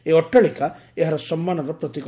ଏହି ଅଟାଳିକା ଏହାର ସମ୍ମାନର ପ୍ରତୀକ